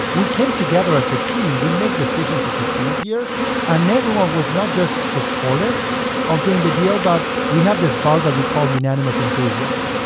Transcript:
we came together as a team. we make decisions as a team here and everyone was not just supportive of doing the deal, but we have this bar that we call unanimous enthusiasm,